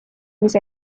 mis